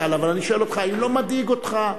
אבל אני שואל אותך: האם לא מדאיג אותך,